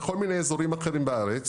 בכל מיני אזורים אחרים בארץ